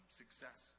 success